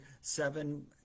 seven